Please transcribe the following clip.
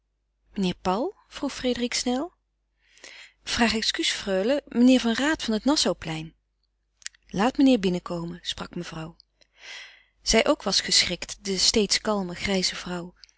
frédérique snel vraag excuus freule meneer van raat van het nassauplein laat meneer binnenkomen sprak mevrouw zij ook was geschrikt de steeds kalme grijze vrouw